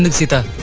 and sita.